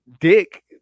Dick